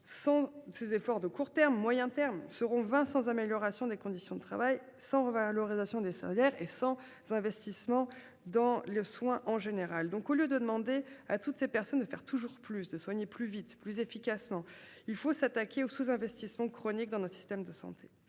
ses efforts de court terme, moyen terme seront Vincent, amélioration des conditions de travail, sans revalorisation des salaires et sans investissement dans le soin en général donc au lieu de demander à toutes ces personnes de faire toujours plus de soigner plus vite plus efficacement, il faut s'attaquer au sous-investissement chronique dans notre système de santé.